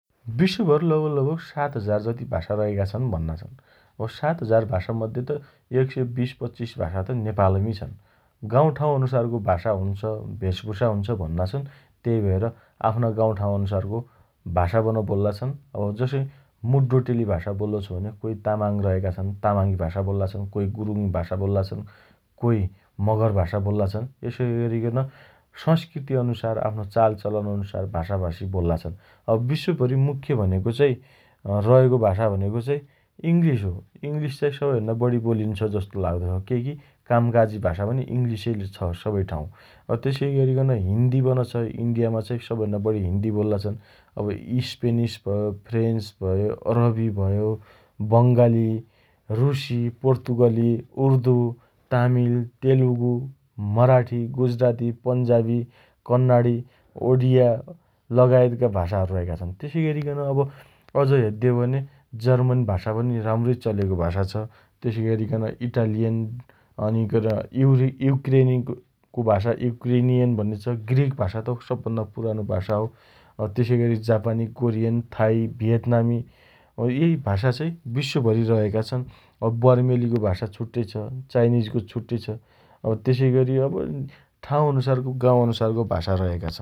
विश्वभर लगभग लगभग सात हजार जति भाषा रहेका छन् भन्ना छन् । अब सात हजार भाषा मध्ये त एक सय बीस पच्चिस भाषा त नेपालमी छन् । गाउँठाउँ अनुसारको भाषा हुन्छ, भेष भुषा हुन्छ भन्ना छन् । तेइभएर आफ्ना गाउँठाउँ अनुसारको भाषा पन बोल्ला छन् । अब जसइ मु डोटेली भाषा बोल्लो छु भने कोइ तामाङ रहेका छन् । तामाङी भाषा बोल्ला छन् । कोइ गुरुङ भाषा बोल्ला छन् । कोइ मगर भाषा बोल्ला छन् । तेसइअरिकन सँस्कृतिअनुसार आफ्नो चालचलन अनुसार भाषाभाषी बोल्ला छन् । अब विश्वभरि मुख्य भनेको चाइ रहेको भाषा भनेको इंलिस हो । इंलिस चाइ सबैभन्दा बढी बोलिन्छ जस्तो लाग्छ । केइकी कामकाजी भाषा इंलिसै छ सप्पै ठाउँ । तेइअरिकन हिन्दीपन छ इण्डियामा चाइ सबैभन्दा बढी हिन्दी बोल्ला छन् । अब स्पेनिस भयो, फ्रेन्च भयो, अरबी भयो, बंगाली, रुसी, पोर्तुगली, उर्दु, तामिल, तेलुगु, मराठी, गुजराती, पञ्जाबी, कन्नाणी, ओडिया लगायतका भाषाहरु रहेका छन् । तेसइअरिकन अझ हेद्दे हो भने जर्मन भाषा पनि राम्रै चलेको भाषा छ । तेसइअरिकन इटालियन, अनि ग्र यूरि यूक्रेनिकको भाषा यूक्रिनियन भन्ने छ । ग्रीक भाषा त सबभन्दा पुरानो भाषा हो । तेसइअरिक जापानी, कोरियन, थाइ, भेयतनामी, अँ एइ भाषा चाइ विश्वभरि रहेका छन् । अब बर्मेलीको भाषा छट्टै छ । चाइनीजको छुट्टै छ । अब तेसइगरी अब ठाउँ अनुसारको गाउँ अनुसारको भाषा रहेको